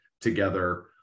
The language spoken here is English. together